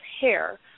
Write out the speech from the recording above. hair